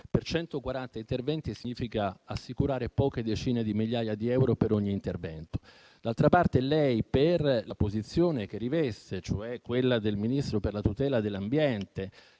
per 140 interventi, significa assicurare poche decine di migliaia di euro per ogni intervento. D'altra parte lei, per la posizione che riveste, cioè quella di Ministro dell'ambiente,